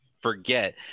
forget